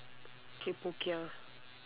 kpo kia